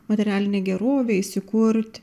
materialinę gerovę įsikurt